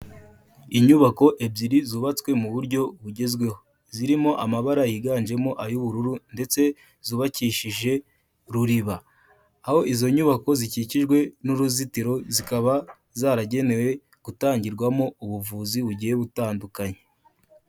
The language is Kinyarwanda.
Inyubako ebyiri zubatswe mu buryo bugezweho, zirimo amabara yiganjemo ay'ubururu ndetse zubakishije ruriba. Aho izo nyubako zikikijwe n'uruzitiro zikaba zaragenewe gutangirwamo ubuvuzi bugiye butandukanye.